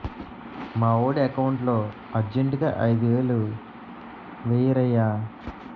మావోడి ఎకౌంటులో అర్జెంటుగా ఐదువేలు వేయిరయ్య